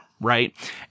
right